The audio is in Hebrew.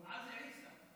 ע'אזי עיסא.